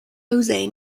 jose